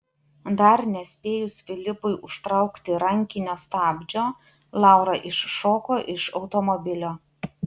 dar nespėjus filipui užtraukti rankinio stabdžio laura iššoko iš automobilio